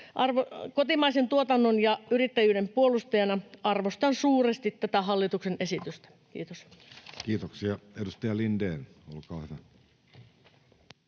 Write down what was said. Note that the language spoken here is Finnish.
Kotimaisen tuotannon ja yrittäjyyden puolustajana arvostan suuresti tätä hallituksen esitystä. — Kiitos. Kiitoksia. — Edustaja Lindén, olkaa hyvä.